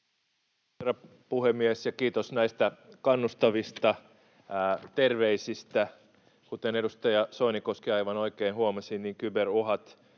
Herra puhemies! Kiitos näistä kannustavista terveisistä. Kuten edustaja Soinikoski aivan oikein huomasi, kyberuhat